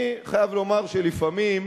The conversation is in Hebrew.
אני חייב לומר שלפעמים,